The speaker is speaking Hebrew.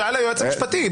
שאל היועץ המשפטי.